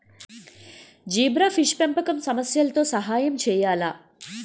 Zebrafish పెంపకం సమస్యలతో సహాయం చేయాలా?